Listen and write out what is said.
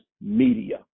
media